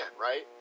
right